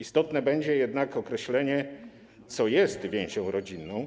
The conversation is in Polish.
Istotne będzie jednak określenie, co jest więzią rodzinną